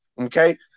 okay